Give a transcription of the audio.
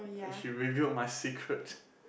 and she revealed my secret